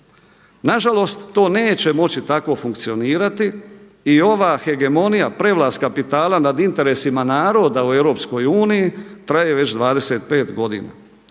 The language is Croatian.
Na žalost to neće moći tako funkcionirati i ova hegemonija prevlast kapitala nad interesima naroda u Europskoj uniji traje već 25 godina.